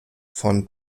von